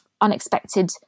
unexpected